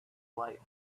life